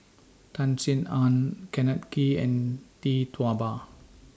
Tan Sin Aun Kenneth Kee and Tee Tua Ba